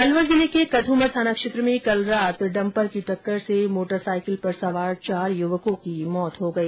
अलवर जिले के कद्मर थाना क्षेत्र में कल रात डम्पर की टक्कर से मोटरसाइकिल पर सवार चार युवकों की मौत हो गई